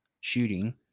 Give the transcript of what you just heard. shooting